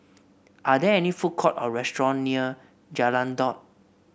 are there any food courts or restaurants near Jalan Daud